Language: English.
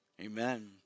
Amen